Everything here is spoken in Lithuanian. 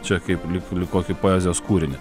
čia kaip lyg lyg kokį poezijos kūrinį